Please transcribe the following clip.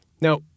Now